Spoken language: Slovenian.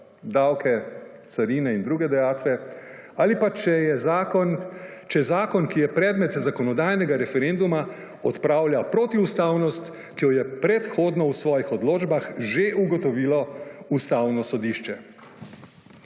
davke, carine in druge dajatve ali če zakon, ki je predmet zakonodajnega referenduma, odpravlja protiustavnost, ki jo je predhodno v svojih odločbah že ugotovilo Ustavno sodišče.